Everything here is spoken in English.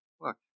look